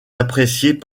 appréciés